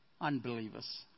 unbelievers